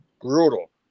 brutal